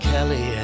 Kelly